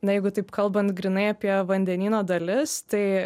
na jeigu taip kalbant grynai apie vandenyno dalis tai